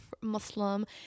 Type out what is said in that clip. Muslim